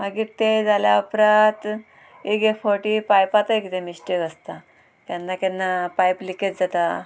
मागीर तें जाल्या उपरांत एक एक फावटी पायपाचो कितें मिस्टेक आसता केन्ना केन्ना पायप लिकेज जाता